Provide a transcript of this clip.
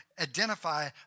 identify